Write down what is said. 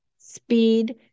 speed